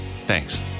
Thanks